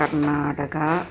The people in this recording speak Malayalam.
കർണാടക